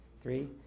three